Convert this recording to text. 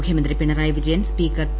മുഖ്യമന്ത്രി Pinarayi Vijayan speaker P